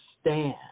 stand